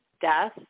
death